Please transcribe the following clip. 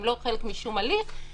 הם לא חלק משום הליך,